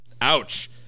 ouch